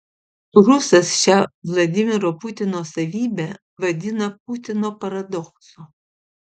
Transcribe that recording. rusas šią vladimiro putino savybę vadina putino paradoksu